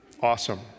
awesome